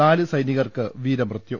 നാല് സൈനികർക്ക് വീരമൃത്യു